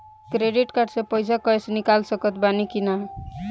Credit card से पईसा cash निकाल सकत बानी की ना?